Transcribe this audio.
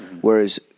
whereas